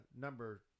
number